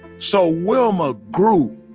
so wilma grew.